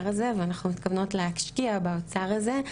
הזה ואנחנו מתכוונות להשקיע באוצר הזה,